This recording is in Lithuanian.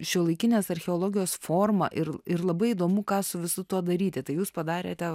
šiuolaikinės archeologijos forma ir ir labai įdomu ką su visu tuo daryti tai jūs padarėte